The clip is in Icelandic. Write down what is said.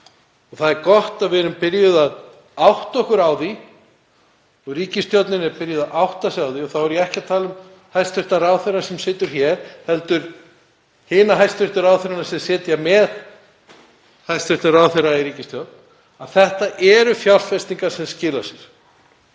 Það er gott að við erum byrjuð að átta okkur á því og ríkisstjórnin er byrjuð að átta sig á því — og þá er ég ekki að tala um hæstv. ráðherra sem situr hér heldur hina hæstv. ráðherrana sem sitja með hæstv. ráðherra í ríkisstjórn — að þetta eru fjárfestingar sem skila sér.